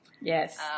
Yes